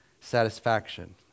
satisfaction